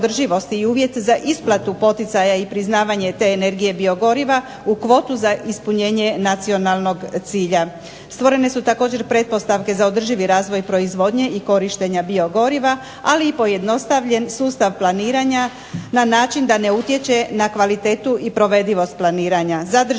i uvjet za isplatu poticaju i priznavanje te energije biogoriva u kvotu za ispunjenje nacionalnog cilja. Stvorene su također pretpostavke za održivi razvoj proizvodnje i korištenja biogoriva ali i pojednostavljen sustav planiranja na način da ne utječe na kvalitetu i provedivost planiranja.